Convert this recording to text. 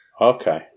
Okay